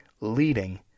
leading